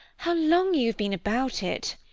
how long you have been about it!